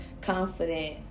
confident